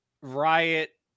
Riot